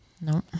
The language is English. No